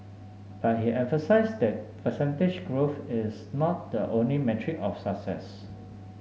but he emphasised that percentage growth is not the only metric of success